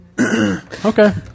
Okay